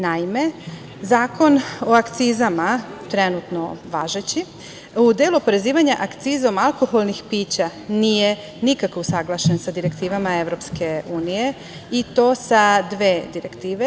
Naime, Zakon o akcizama, trenutno važeći, u delu oporezivanja akcizom alkoholnih pića nije nikako usaglašen sa direktivama EU i to sa dve direktive.